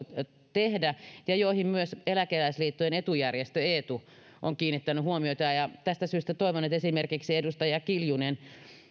tehdä ja myös eläkeläisliittojen etujärjestö eetu on kiinnittänyt niihin huomiota tästä syystä toivon että esimerkiksi edustaja kiljunen